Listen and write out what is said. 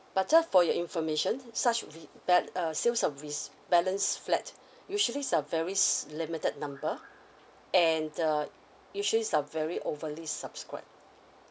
but uh for your information such re~ bal~ uh sale of re balanced flat usually are very limited number and uh usually are very overly subscribe